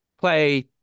play